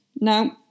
Now